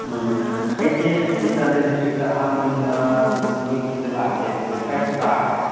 ꯎꯝ ꯑꯩꯁꯦ ꯁꯤ ꯆꯥꯟꯗꯦꯜ ꯗꯤꯁꯇ꯭ꯔꯤꯛꯇ ꯑꯍꯥꯟꯕꯅꯤꯅ ꯅꯣꯏꯒꯤꯗ ꯂꯥꯛꯑꯒꯦ ꯑꯗꯨꯗꯤ ꯈꯔ ꯇꯥꯔꯣ